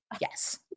yes